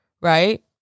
right